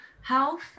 health